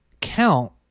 count